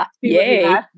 Yay